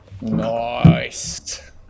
nice